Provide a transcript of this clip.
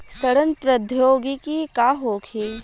सड़न प्रधौगिकी का होखे?